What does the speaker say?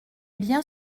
bien